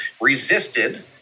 resisted